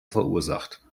verursacht